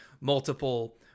multiple